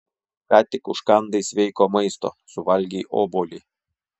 ką tik užkandai sveiko maisto suvalgei obuolį